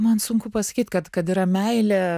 man sunku pasakyt kad kad yra meilė